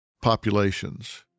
populations